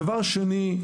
דבר שני,